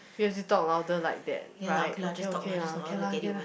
you have to talk louder like that right okay okay lah can lah can lah